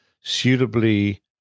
suitably